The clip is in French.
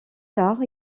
tard